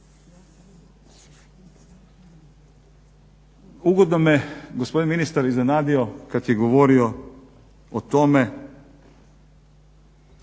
Ugodno me gospodin ministar iznenadio kad je govorio o tome.